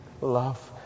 love